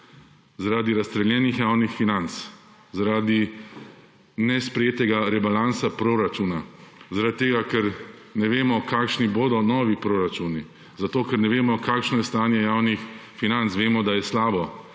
zaradi razstreljenih javnih financ, zaradi nesprejetega rebalansa proračuna, zaradi tega, ker ne vemo, kakšni bodo novi proračuni, zato ker ne vemo, kakšno je stanje javnih financ – vemo, da je slabo,